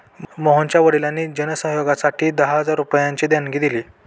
मोहनच्या वडिलांनी जन सहयोगासाठी दहा हजारांची देणगी दिली